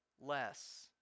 less